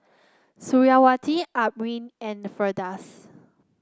Suriawati Amrin and Firdaus